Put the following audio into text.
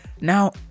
Now